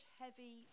heavy